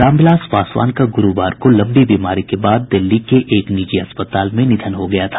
रामविलास पासवान का गुरूवार को लम्बी बीमारी के बाद दिल्ली के एक निजी अस्पताल में निधन हो गया था